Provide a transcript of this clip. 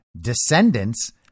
descendants